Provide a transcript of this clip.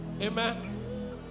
amen